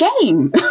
game